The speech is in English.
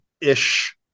ish